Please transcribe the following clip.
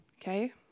Okay